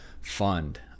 fund